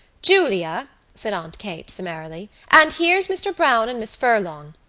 julia, said aunt kate summarily, and here's mr. browne and miss furlong.